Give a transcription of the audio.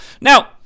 Now